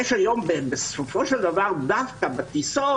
דווקא בטיסות,